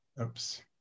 Oops